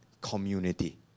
community